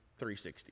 360